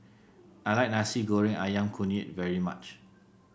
I like Nasi Goreng ayam kunyit very much